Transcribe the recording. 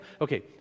Okay